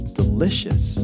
delicious